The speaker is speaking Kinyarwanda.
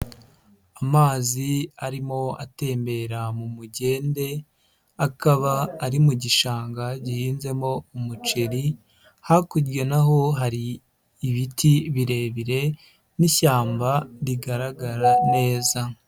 Amazi arimo atembera mu mugende, akaba ari mu gishanga gihinzemo umuceri, hakurya naho hari ibiti birebire n'ishyamba rigaragara neza.